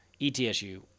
ETSU